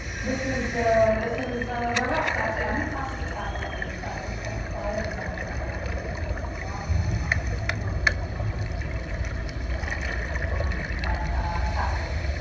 this is the, this is where we're at. so actually i'm going to pass it to catherine and just try to quiet ah down around me because there's a lot going on, which i hope you are not also being exposed to as well but catherine here.